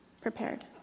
prepared